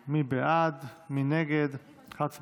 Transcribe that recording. להתמודדות עם נגיף הקורונה החדש